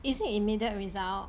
is it immediate result